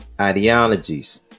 ideologies